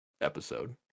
episode